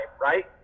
right